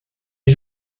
est